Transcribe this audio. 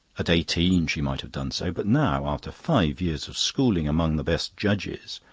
at eighteen she might have done so. but now, after five years of schooling among the best judges,